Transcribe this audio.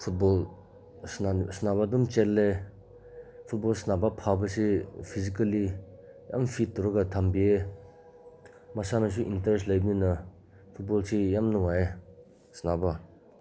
football ꯁꯥꯟꯅꯕ ꯑꯗꯨꯝ ꯆꯦꯜꯂꯦ ꯐꯨꯠꯕꯣꯜ ꯁꯥꯟꯅꯕ ꯐꯕꯁꯤ ꯐꯤꯖꯤꯀꯦꯜꯂꯤ ꯌꯥꯝ ꯐꯤꯠ ꯇꯧꯔꯒ ꯊꯝꯕꯤꯌꯦ ꯃꯁꯥꯅꯁꯨ ꯏꯟꯇꯔꯦꯁ ꯂꯩꯕꯅꯤꯅ ꯐꯨꯠꯕꯣꯜꯁꯦ ꯌꯥꯝ ꯅꯨꯡꯉꯥꯏꯌꯦ ꯁꯥꯟꯅꯕ